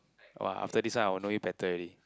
!wah! after this one I will know you better already